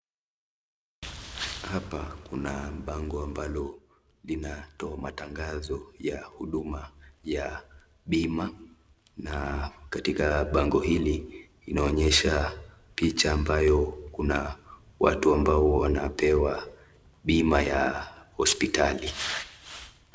Hapa kuna bango ambalo linatoa matangazo ya huduma ya bima na katika bango hili inaonyesha picha ambayo kuna watu ambao wanapewa bima ya hospitali.